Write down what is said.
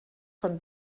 von